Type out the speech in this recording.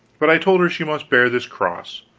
but i told her she must bear this cross